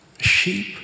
sheep